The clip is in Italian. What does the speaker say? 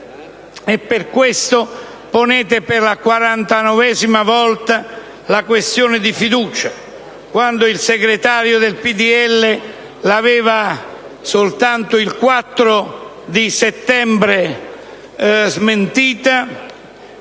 per questo ponete per la quarantanovesima volta la questione di fiducia, quando il segretario del PdL soltanto lo scorso 4 settembre l'aveva